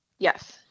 Yes